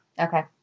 Okay